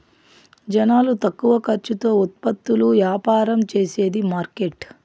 జనాలు తక్కువ ఖర్చుతో ఉత్పత్తులు యాపారం చేసేది మార్కెట్